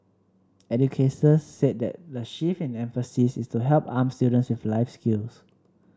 educators said that the shift in emphasis is to help arm students with life skills